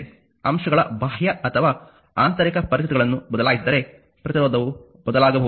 ಅಂಶಗಳ ಬಾಹ್ಯ ಅಥವಾ ಆಂತರಿಕ ಪರಿಸ್ಥಿತಿಗಳನ್ನು ಬದಲಾಯಿಸಿದರೆ ಪ್ರತಿರೋಧವು ಬದಲಾಗಬಹುದು